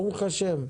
ברוך השם.